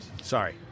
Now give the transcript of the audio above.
Sorry